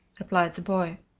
replied the boy.